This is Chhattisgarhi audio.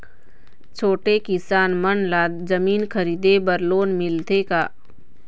छोटे किसान मन ला जमीन खरीदे बर लोन मिलथे का?